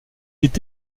est